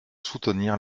soutenir